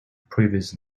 previous